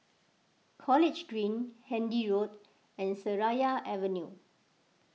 College Green Handy Road and Seraya Avenue